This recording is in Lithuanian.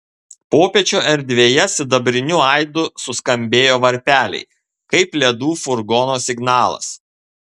popiečio erdvėje sidabriniu aidu suskambėjo varpeliai kaip ledų furgono signalas